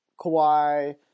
Kawhi